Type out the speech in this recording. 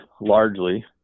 largely